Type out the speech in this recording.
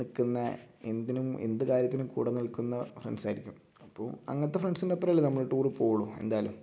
നിൽക്കുന്ന എന്തിനും എന്ത് കാര്യത്തിനും കൂടെ നിൽക്കുന്ന ഫ്രണ്ട്സ് ആയിരിക്കും അപ്പോൾ അങ്ങനെത്തെ ഫ്രണ്ട്സിനൊപ്പം അല്ലേ നമ്മൾ ടൂർ പോവുള്ളൂ എന്തായാലും